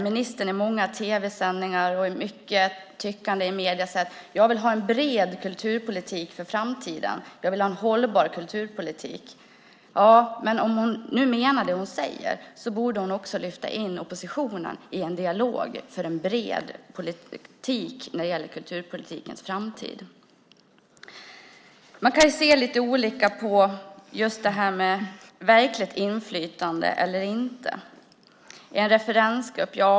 Ministern har i många tv-sändningar och andra medier sagt att hon vill ha en bred och hållbar kulturpolitik för framtiden. Men om hon menar vad hon säger borde hon också lyfta in oppositionen i en dialog för en bred politik inom kulturpolitikens framtid. Man kan se lite olika på frågan om verkligt inflytande eller inte. Det talas om en referensgrupp.